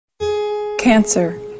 Cancer